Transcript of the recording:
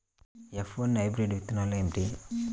F one hybrid విత్తనాలు ఏమిటి?